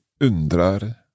undrar